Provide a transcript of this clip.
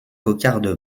cocarde